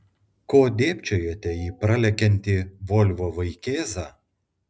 ko dėbčiojate į pralekiantį volvo vaikėzą